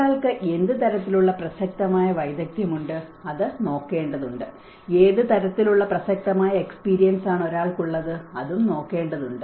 ഒരാൾക്ക് എന്ത് തരത്തിലുള്ള പ്രസക്തമായ വൈദഗ്ദ്ധ്യം ഉണ്ട് അത് നോക്കേണ്ടതുണ്ട് ഏത് തരത്തിലുള്ള പ്രസക്തമായ എക്സ്പരിയൻസ് ആണ് ഒരാൾക്കുള്ളത് അതും നോക്കേണ്ടതുണ്ട്